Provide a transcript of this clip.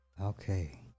Okay